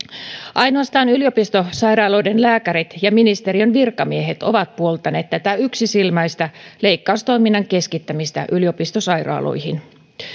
ainoastaan yliopistosairaaloiden lääkärit ja ministeriön virkamiehet ovat puoltaneet tätä yksisilmäistä leikkaustoiminnan keskittämistä yliopistosairaaloihin